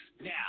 Now